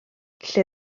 lle